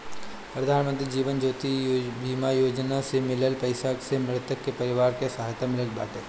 प्रधानमंत्री जीवन ज्योति बीमा योजना से मिलल पईसा से मृतक के परिवार के राहत मिलत बाटे